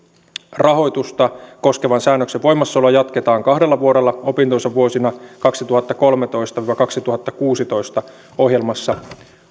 rahoitusta koskevan säännöksen voimassaoloa jatketaan kahdella vuodella opintonsa vuosina kaksituhattakolmetoista viiva kaksituhattakuusitoista ohjelmassa